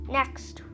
next